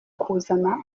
kuzana